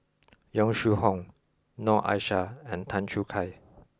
Yong Shu Hoong Noor Aishah and Tan Choo Kai